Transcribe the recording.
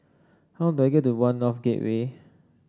how do I get to One North Gateway